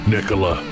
Nicola